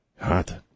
Hot